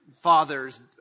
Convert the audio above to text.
fathers